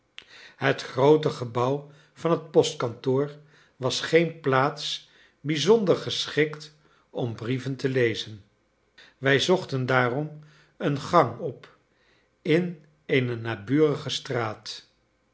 het groote gebouw van het postkantoor was geen plaats bijzonder geschikt om brieven te lezen wij zochten daarom een gang op in eene naburige straat